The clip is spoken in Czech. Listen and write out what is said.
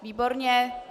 Výborně.